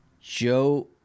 Joe